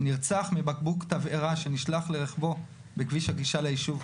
נרצח מבקבוק תבערה שנשלך לרכבו בכביש הגישה ליישוב.